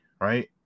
right